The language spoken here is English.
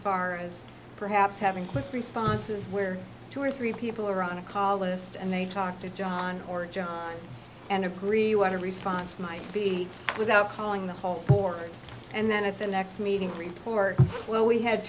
far as perhaps having quick responses where two or three people are on a call list and they talk to john or john and agree what a response might be without calling the whole for it and then if the next meeting report well we had